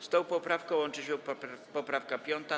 Z tą poprawką łączy się poprawka 5.